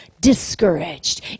discouraged